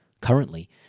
Currently